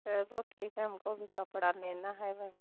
चलो ठीक है हमको भी कपड़ा लेना है वगै